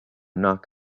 knock